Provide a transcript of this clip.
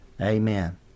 Amen